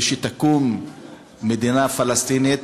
ושתקום מדינה פלסטינית